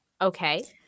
okay